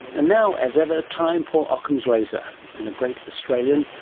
and now, as ever, time for ockham's razor and a great australian.